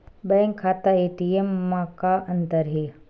Bank खाता ATM मा का अंतर हे?